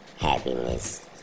happiness